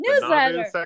Newsletter